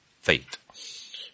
faith